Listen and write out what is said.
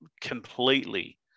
completely